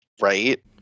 right